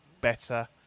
better